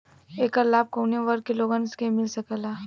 ऐकर लाभ काउने वर्ग के लोगन के मिल सकेला?